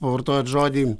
pavartojot žodį